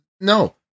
no